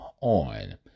on